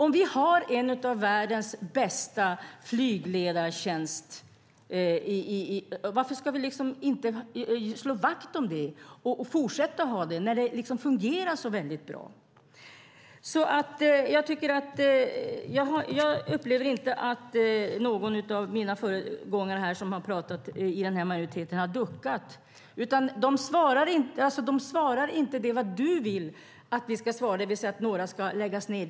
Om vi har en av världens bästa flygledartjänster, varför ska vi inte slå vakt om den och fortsätta att ha det så när det fungerar så väldigt bra? Jag upplever inte att någon av dem som har talat före mig i den här majoriteten har duckat, utan de svarar inte det du vill att de ska svara, det vill säga att några flygplatser ska läggas ned.